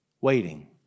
waiting